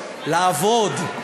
לעבוד.